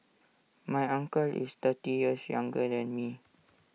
my uncle is thirty years younger than me